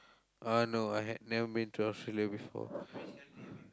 uh no I had never been to Australia before